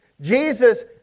Jesus